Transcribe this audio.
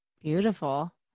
Beautiful